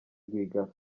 rwigara